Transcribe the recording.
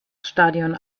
stadion